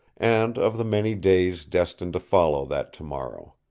and of the many days destined to follow that tomorrow.